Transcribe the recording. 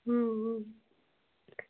हँ हँ